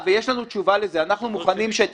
יש לנו תשובה לזה: אנחנו מוכנים שאת